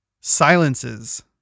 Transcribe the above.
silences